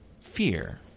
fear